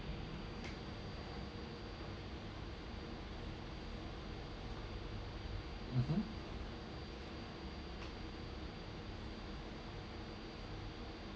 mmhmm